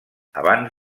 abans